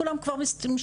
כולם כבר משתמשים,